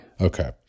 Okay